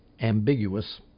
ambiguous